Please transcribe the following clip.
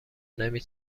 نمی